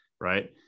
right